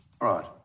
Right